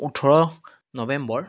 ওঠৰ নৱেম্বৰ